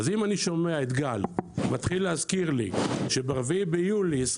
אז אם אני שומע את גל מתחיל להזכיר לי שב-4 ביולי 22'